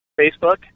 Facebook